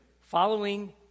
following